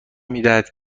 میدهد